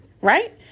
right